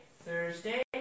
Thursday